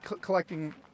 collecting